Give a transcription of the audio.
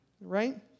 right